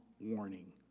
warning